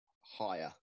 higher